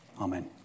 Amen